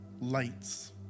lights